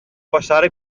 passare